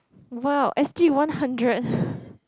!wow! S_G one hundred